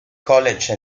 college